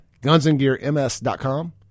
GunsAndGearMS.com